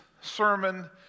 sermon